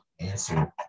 answer